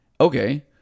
okay